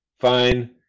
fine